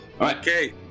Okay